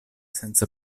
senza